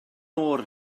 oer